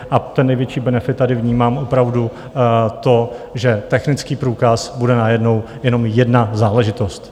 A ten největší benefit tady vnímám opravdu to, že technický průkaz bude najednou jenom jedna záležitost.